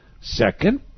Second